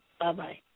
Bye-bye